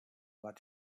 but